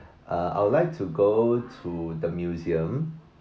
uh I would like to go to the museum